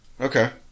Okay